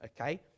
okay